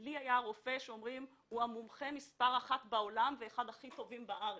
לי היה רופא שאומרים שהוא המומחה מספר אחת בעולם ואחד הכי טובים בארץ...